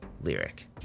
lyric